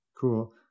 cool